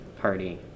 party